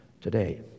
today